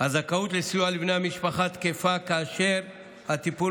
הזכאות לסיוע לבני המשפחה תקפה כאשר הטיפול